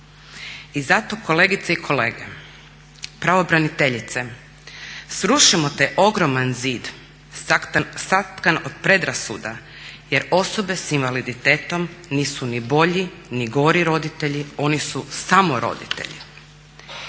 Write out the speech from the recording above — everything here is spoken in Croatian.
I zato kolegice i kolege, pravobraniteljice, srušimo taj ogroman zid satkan od predrasuda jer osobe s invaliditetom nisu ni bolji ni gori roditelji, oni su samo roditelji.